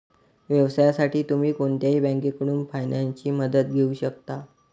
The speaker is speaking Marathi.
व्यवसायासाठी तुम्ही कोणत्याही बँकेकडून फायनान्सची मदत घेऊ शकता